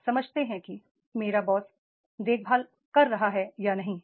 लोग समझते हैं कि मेरा बॉस boss देखभाल कर रहा है या नहीं